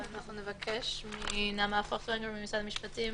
נבקש ממשרד המשפטים